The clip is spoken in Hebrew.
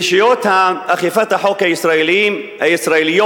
רשויות אכיפת החוק הישראליות